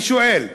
אני שואל: